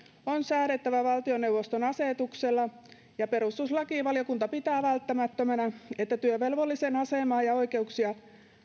on säädettävä valtioneuvoston asetuksella perustuslakivaliokunta pitää välttämättömänä että työvelvollisen asemaa ja oikeuksia